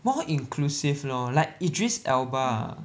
more inclusive lor like Idris Elba ah